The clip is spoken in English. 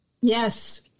Yes